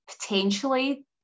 potentially